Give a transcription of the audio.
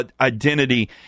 identity